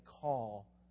call